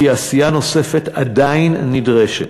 וכי עשייה נוספת עדיין נדרשת.